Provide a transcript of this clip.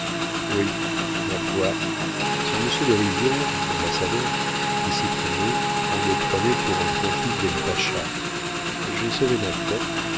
oui ma foi sans monsieur de rivière l'ambassadeur qui s'y trouvait on me prenait pour un complice d'ali-pacha j'ai sauvé ma tête